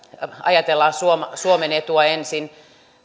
ajatellaan suomen suomen etua ensin